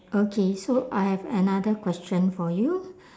okay so I have another question for you